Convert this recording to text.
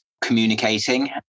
communicating